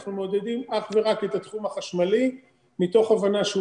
אנחנו מעודדים אך ורק את התחום החשמלי מתוך הבנה שהוא